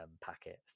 packet